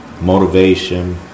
motivation